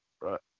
right